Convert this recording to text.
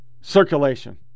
circulation